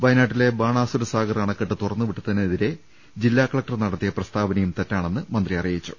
വയനാ ട്ടിലെ ബാണാസുര സാഗർ അണകെട്ട് തുറന്നുവിട്ടതി നെതിരെ ജില്ലാകലക്ടർ നടത്തിയ പ്രസ്താവനയും തെറ്റാണെന്ന് മന്ത്രി അറിയിച്ചു